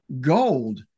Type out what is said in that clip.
gold